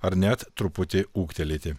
ar net truputį ūgtelėti